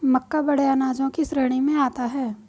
मक्का बड़े अनाजों की श्रेणी में आता है